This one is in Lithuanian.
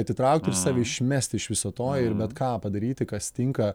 atitraukt ir save išmest iš viso to ir bet ką padaryti kas tinka